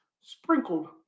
sprinkled